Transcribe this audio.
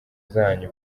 zanyu